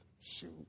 Shoot